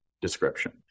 description